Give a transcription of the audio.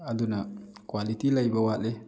ꯑꯗꯨꯅ ꯀ꯭ꯋꯥꯂꯤꯇꯤ ꯂꯩꯕ ꯋꯥꯠꯂꯤ